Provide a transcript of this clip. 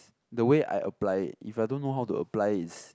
~s the way I apply it if I don't know how to apply is